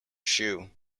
shoe